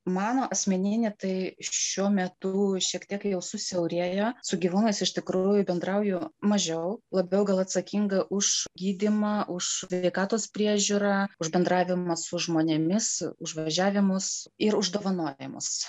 mano asmeninė tai šiuo metu šiek tiek jau susiaurėjo su gyvūnais iš tikrųjų bendrauju mažiau labiau gal atsakinga už gydymą už sveikatos priežiūrą už bendravimą su žmonėmis už važiavimus ir už dovanojamus